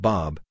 Bob